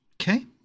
Okay